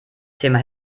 thema